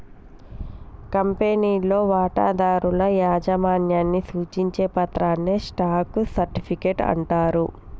కంపెనీలో వాటాదారుల యాజమాన్యాన్ని సూచించే పత్రాన్ని స్టాక్ సర్టిఫికెట్ అంటారు